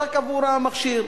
רק עבור המכשיר.